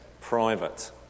private